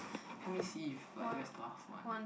help me see if like where's the last one